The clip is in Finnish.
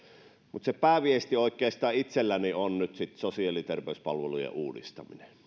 mutta oikeastaan se pääviesti itselläni on nyt sosiaali ja terveyspalvelujen uudistaminen